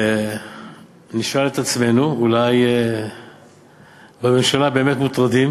ונשאל את עצמנו: אולי בממשלה באמת מוטרדים?